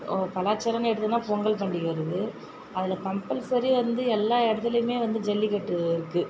கலாச்சாரம்னு எடுத்துக்கினா பொங்கல் பண்டிகை இருக்குது அதில் கம்ப்பல்சரி வந்து எல்லா இடத்துலையுமே வந்து ஜல்லிக்கட்டு இருக்குது